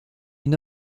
une